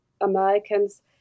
Americans